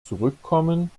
zurückkommen